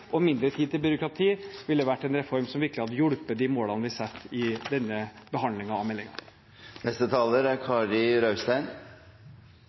og mindre tid til byråkrati ville vært en reform som virkelig hadde hjulpet de målene vi setter i denne behandlingen av